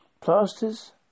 Plasters